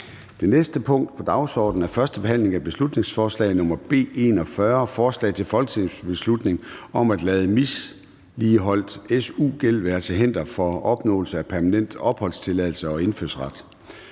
Det næste punkt på dagsordenen er: 17) 1. behandling af beslutningsforslag nr. B 41: Forslag til folketingsbeslutning om at lade misligholdt su-gæld være til hinder for opnåelse af permanent opholdstilladelse og indfødsret.